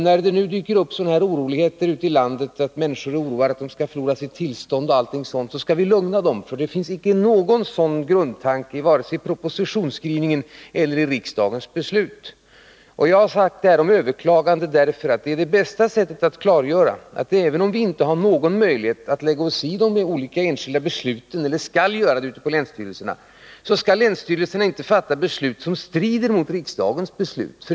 När det nu dyker upp en oro bland människor i landet för att de skall förlora sina tillstånd osv. skall vi lugna dem, för det finns inte någon grund för detta vare sig i propositionens skrivningar eller i riksdagens beslut. Jag har nämnt möjligheten till överklagning därför att det är det bästa sättet att klargöra för länsstyrelserna att de, även om vi inte har någon möjlighet att lägga oss i de enskilda besluten ute i länsstyrelserna, inte skall fatta beslut som strider mot riksdagens ställningstagande.